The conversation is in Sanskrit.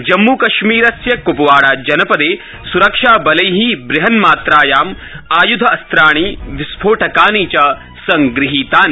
जम्मूकश्मीरस्य क्पवाडा जनपदे स्रक्षाबलै बृहन्मात्रायां आय्धास्त्राणि विस्फोटकानि च ग़हीतानि